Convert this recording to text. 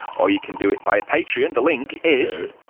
or you can do it via patreon, the link is